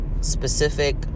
specific